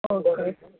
okay sir